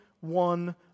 one